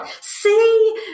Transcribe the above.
See